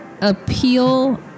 appeal